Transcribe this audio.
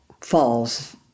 falls